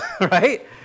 right